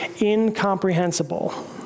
incomprehensible